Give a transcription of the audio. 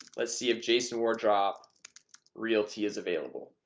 let's see if jason wardrop realty is available.